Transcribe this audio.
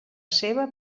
seva